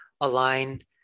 align